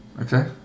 Okay